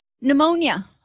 Pneumonia